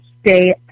stay